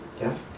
Yes